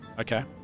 Okay